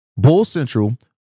BULLCENTRAL